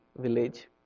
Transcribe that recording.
village